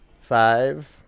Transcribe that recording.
Five